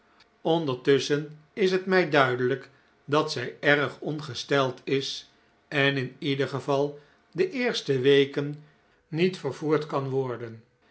ondertusschen is het mij duidelijk dat zij erg ongesteld is en in ieder geval de eerste weken niet vervoerd kan worden